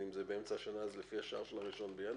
אם זה באמצע השנה אז זה לפי השער של 1 בינואר,